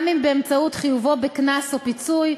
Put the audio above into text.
גם אם באמצעות חיובו בקנס או פיצוי,